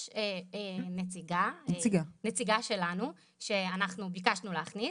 יש נציגה שלנו שאנחנו ביקשנו להכניס.